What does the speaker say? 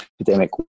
epidemic